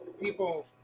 people